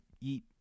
eat